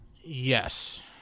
Yes